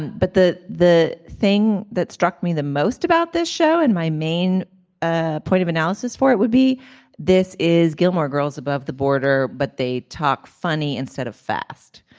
and but the the thing that struck me the most about this show and my main ah point of analysis for it would be this is gilmore girls above the border but they talk funny instead of fast